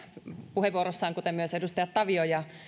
puheenvuorossaan kuten myös edustajat tavio ja